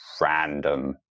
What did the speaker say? random